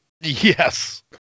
Yes